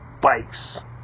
bikes